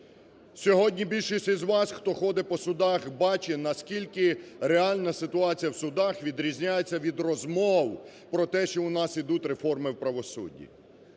Сьогодні більшість із вас, хто ходить по судах, бачить на скільки реальна ситуація в судах відрізняється від розмов про те, що у нас ідуть реформи в правосудді.